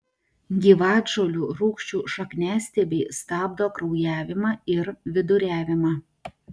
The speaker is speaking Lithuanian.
gyvatžolių rūgčių šakniastiebiai stabdo kraujavimą ir viduriavimą